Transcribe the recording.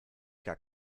gar